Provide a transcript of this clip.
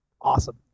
Awesome